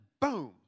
boom